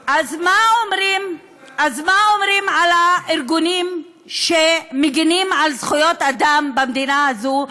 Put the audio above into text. אז מה אומרים על הארגונים שמגינים על זכויות אדם במדינה הזו,